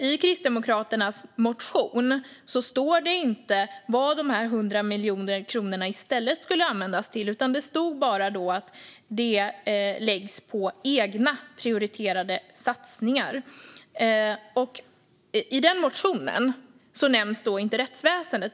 I Kristdemokraternas motion står det inte vad dessa 100 miljoner kronor i stället ska användas till, utan det står bara att de läggs på "egna prioriterade satsningar". I den motionen nämns inte rättsväsendet.